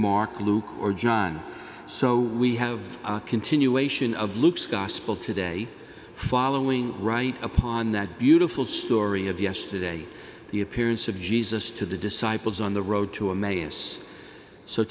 mark luke or john so we have a continuation of looks gospel today following right upon that beautiful story of yesterday the appearance of jesus to the disciples on the road to m a s so